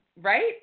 right